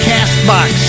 Castbox